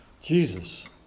Jesus